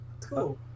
Cool